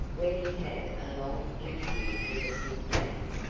where he had a long interview with the sick man,